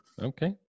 Okay